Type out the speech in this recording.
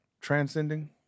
transcending